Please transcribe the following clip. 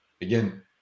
again